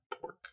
pork